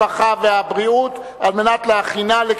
הרווחה והבריאות נתקבלה.